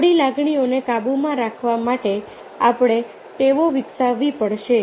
આપણી લાગણીઓને કાબૂમાં રાખવા માટે આપણે ટેવો વિકસાવવી પડશે